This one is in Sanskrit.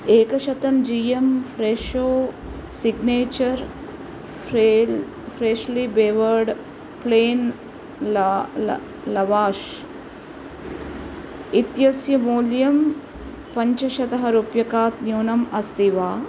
एकशतं G M Fresho signature freshly baked plain lavash इतस्य मूल्यं पञ्चशतः रूप्यकात् न्यूनम् अस्ति वा